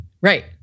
Right